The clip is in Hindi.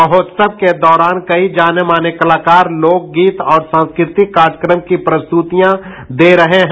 महोत्सव के दौरान कई जानेमाने कलाकार लोकगीत और सांस्कृतिक कार्यक्रम की प्रस्तुतियां दे रहे हैं